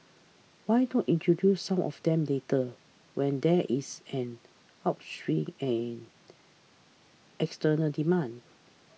why not introduce some of them later when there is an upswing in external demand